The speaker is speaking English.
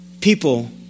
People